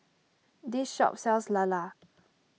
this shop sells Lala